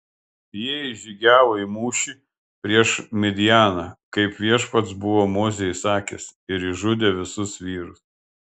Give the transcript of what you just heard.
jie išžygiavo į mūšį prieš midjaną kaip viešpats buvo mozei įsakęs ir išžudė visus vyrus